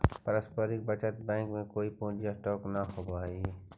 पारस्परिक बचत बैंक में कोई पूंजी स्टॉक न होवऽ हई